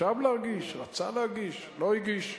חשב להגיש, רצה להגיש, לא הגיש,